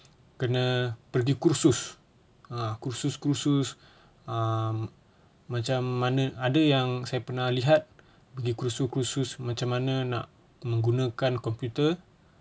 kena pergi kursus ah kursus-kursus um macam mana ada yang saya pernah lihat pergi kursus-kursus macam mana nak megggunakan komputer